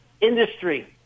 industry